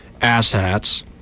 asshats